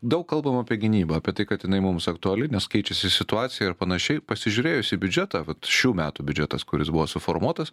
daug kalbam apie gynybą apie tai kad jinai mums aktuali nes keičiasi situacija ir panašiai pasižiūrėjus į biudžetą vat šių metų biudžetas kuris buvo suformuotas